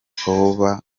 hoba